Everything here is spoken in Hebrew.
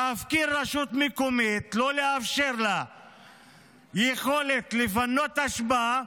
להפקיר רשות מקומית ולא לאפשר לה יכולת לפנות אשפה,